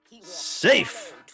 Safe